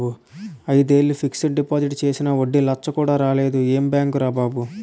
ఐదేళ్ళు fixed deposit చేసినా వడ్డీ లచ్చ కూడా రాలేదు ఏం బాంకురా బాబూ